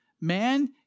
Man